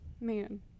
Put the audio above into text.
man